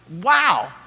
wow